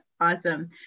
Awesome